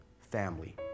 family